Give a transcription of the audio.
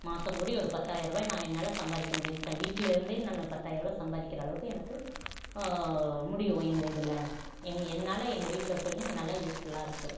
மாதம் முடிய ஒரு பத்தாயரரூவாய் நான் என்னால் சம்பாரிக்க முடியும் வீட்டில இருந்தே என்னால் பத்தாயரரூவா சம்பாரிக்கிற அளவுக்கு எனக்கு முடியும் எங்கள் இதில் என்னால் எங்கள் வீட்டில இருக்குறவங்களுக்கு நல்லா யூஸ்ஃபுல்லாக இருக்கு